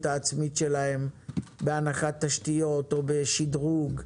העצמית שלהן בהנחת תשתיות או בשדרוג.